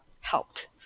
helped